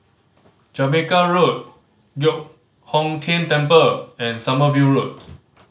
Jamaica Road Giok Hong Tian Temple and Sommerville Road